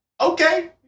okay